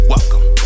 Welcome